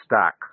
stack